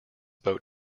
boat